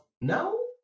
No